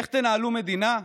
איך תנהלו מדינה?